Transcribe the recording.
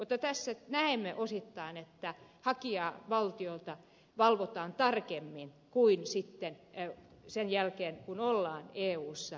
mutta tässä näemme osittain että hakijavaltioita valvotaan tarkemmin kuin sen jälkeen kun ollaan eussa